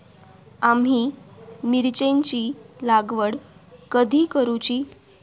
आम्ही मिरचेंची लागवड कधी करूची?